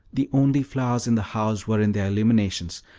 the only flowers in the house were in their illuminations,